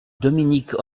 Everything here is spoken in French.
dominique